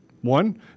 One